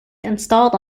installed